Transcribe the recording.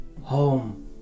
home